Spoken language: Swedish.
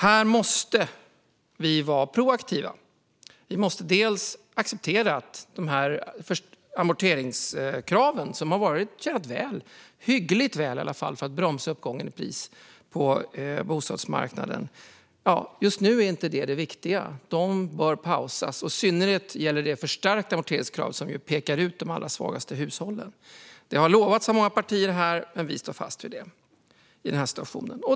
Här måste vi vara proaktiva. Vi måste bland annat acceptera att amorteringskraven, som har tjänat hyggligt väl för att bromsa prisuppgången på bostadsmarknaden, inte är det viktiga just nu. De bör pausas. Det gäller i synnerhet det förstärkta amorteringskravet, som pekar ut de allra svagaste hushållen. Det har utlovats av många partier här, men vi står fast vid det i den här situationen.